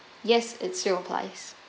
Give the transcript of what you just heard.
yes it's still applies